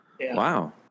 Wow